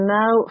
now